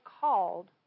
called